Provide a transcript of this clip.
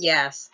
Yes